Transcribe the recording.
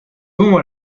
moment